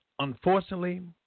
Unfortunately